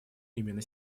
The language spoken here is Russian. именно